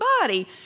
body